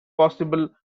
possible